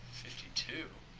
fifty two.